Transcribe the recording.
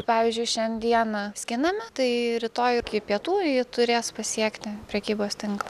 pavyzdžiui šiandieną skiname tai rytoj iki pietų jie turės pasiekti prekybos tinklą